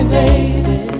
baby